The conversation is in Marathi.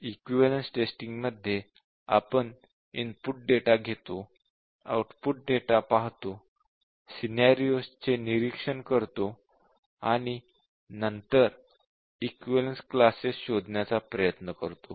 इक्विवलेन्स टेस्टिंग मध्ये आपण इनपुट डेटा घेतो आउटपुट डेटा पाहतो सिनॅरिओज चे निरीक्षण करतो आणि नंतर इक्विवलेन्स क्लासेस शोधण्याचा प्रयत्न करतो